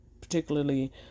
particularly